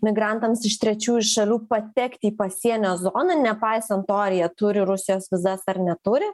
migrantams iš trečiųjų šalių patekti į pasienio zoną nepaisant to ar jie turi rusijos vizas ar neturi